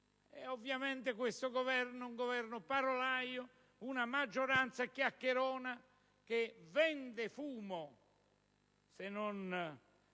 Ovviamente questo è un Governo parolaio, una maggioranza chiacchierona che vende fumo, se non